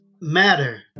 matter